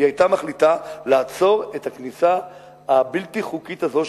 היא היתה מחליטה לעצור את הכניסה הבלתי-חוקית הזאת,